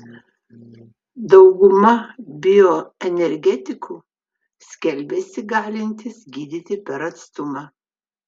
dauguma bioenergetikų skelbiasi galintys gydyti per atstumą